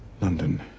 London